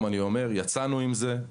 יצאנו עם זה,